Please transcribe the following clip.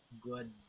good